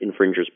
infringer's